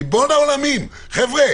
ריבון העולמים, חבר'ה